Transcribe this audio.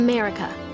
America